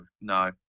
no